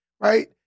right